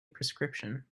prescription